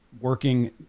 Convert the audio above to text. Working